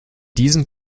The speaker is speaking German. diesen